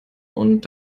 und